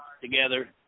together